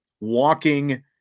walking